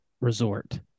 resort